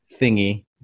thingy